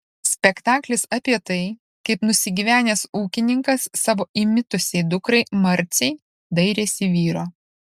spektaklis apie tai kaip nusigyvenęs ūkininkas savo įmitusiai dukrai marcei dairėsi vyro